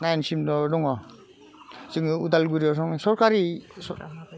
नाइनसिमल' दङ जोङो उदालगुरियाव दङ सरकारि